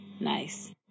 Nice